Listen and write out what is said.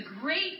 great